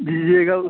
दीजिएगा